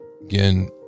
Again